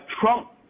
Trump